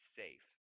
safe